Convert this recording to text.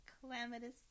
Calamitous